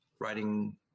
writing